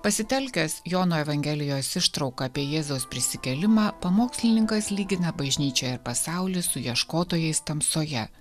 pasitelkęs jono evangelijos ištrauką apie jėzaus prisikėlimą pamokslininkas lygina bažnyčią ir pasaulį su ieškotojais tamsoje